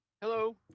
Hello